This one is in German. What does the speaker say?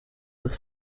des